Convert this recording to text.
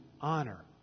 honor